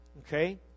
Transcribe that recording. Okay